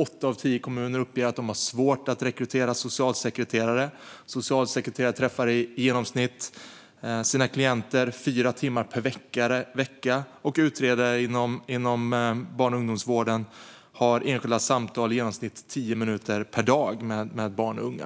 Åtta av tio kommuner uppger att de har svårt att rekrytera socialsekreterare. Socialsekreterare träffar i genomsnitt sina klienter fyra timmar per vecka, och utredare inom barn och ungdomsvården har enskilda samtal med barn och unga i genomsnitt tio minuter per dag.